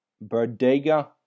Bodega